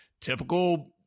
typical